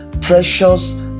precious